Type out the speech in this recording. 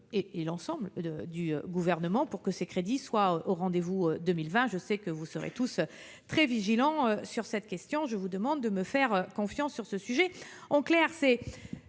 sur l'ensemble du Gouvernement pour que ces crédits soient au rendez-vous de 2020. Je sais que vous serez tous très vigilants sur cette question, mais je vous demande de me faire confiance. Vous l'avez compris, nous